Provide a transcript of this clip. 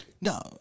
No